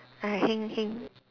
ah heng heng